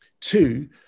Two